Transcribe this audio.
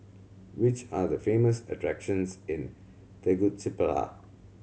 which are the famous attractions in Tegucigalpa